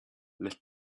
let